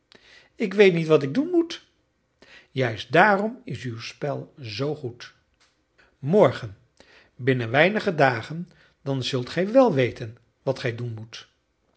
ik weet niet wat ik doen moet juist daarom is uw spel zoo goed morgen binnen weinige dagen dan zult gij wel weten wat gij doen moet